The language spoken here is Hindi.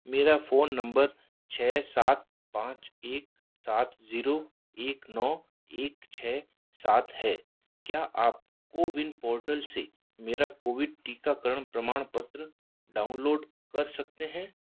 मेरा फ़ोन नंबर छः सात पाँच एक सात जीरो एक नौ एक छः सात है क्या आप कोविन पोर्टल से मेरा कोविड टीकाकरण प्रमाणपत्र डाउनलोड कर सकते हैं